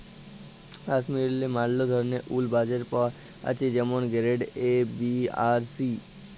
কাশ্মীরেল্লে ম্যালা ধরলের উল বাজারে পাওয়া জ্যাছে যেমল গেরেড এ, বি আর সি